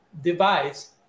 device